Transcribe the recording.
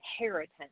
inheritance